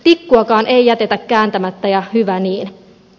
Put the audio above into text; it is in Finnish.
tikkuakaan ei jätetä kääntämättä ja hyvä niin